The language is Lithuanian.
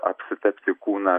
apsitepti kūną